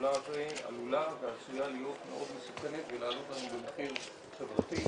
פעולה זה עלולה ועשויה להיות מאוד מסוכנת ולעלות לנו במחיר חברתי,